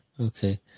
Okay